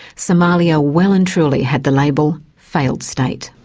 somalia well and truly had the label, failed state.